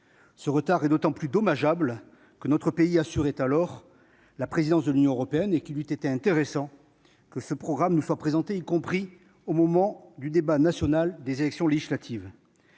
Ce retard est d'autant plus regrettable que notre pays assurait alors la présidence du conseil de l'Union européenne et qu'il eût été intéressant que ce programme nous soit présenté au moment du débat national des élections législatives.